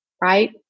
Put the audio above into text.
right